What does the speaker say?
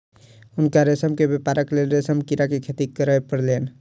हुनका रेशम के व्यापारक लेल रेशम कीड़ा के खेती करअ पड़लैन